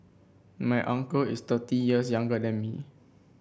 my uncle is thirty years younger than me